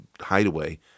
hideaway